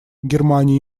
германия